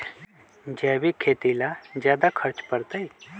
जैविक खेती ला ज्यादा खर्च पड़छई?